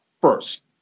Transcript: first